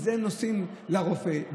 עם זה נוסעים לרופא,